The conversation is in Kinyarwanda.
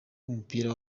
w’umupira